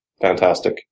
Fantastic